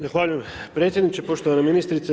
Zahvaljujem predsjedniče, poštovana ministrice.